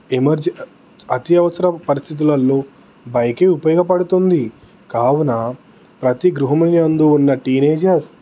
emergency అత్యవసర పరిస్థితులలో బైకే ఉపయోగపడుతుంది కావున ప్రతీ గృహము యందు ఉన్న టీనేజర్స్